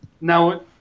now